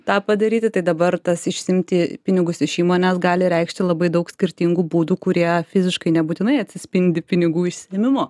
tą padaryti tai dabar tas išsiimti pinigus iš įmonės gali reikšti labai daug skirtingų būdų kurie fiziškai nebūtinai atsispindi pinigų išsiėmimo